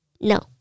No